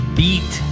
beat